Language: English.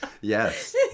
Yes